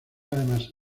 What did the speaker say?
además